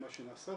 מה שנעשה,